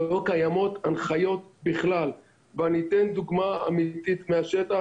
לא קיימות הנחיות בכלל, ואתן דוגמה אמיתית מהשטח.